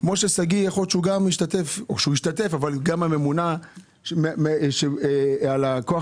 משה שגיא ישתתף אבל גם הממונה על כוח